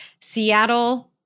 Seattle